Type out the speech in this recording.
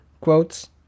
quotes